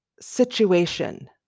situation